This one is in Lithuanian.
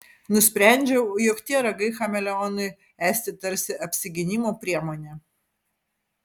nusprendžiau jog tie ragai chameleonui esti tarsi apsigynimo priemonė